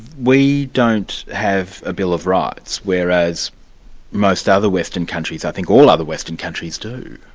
we don't have a bill of rights, whereas most other western countries, i think all other western countries do.